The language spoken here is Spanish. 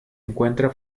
encuentra